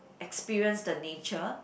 experience the nature